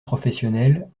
professionnelles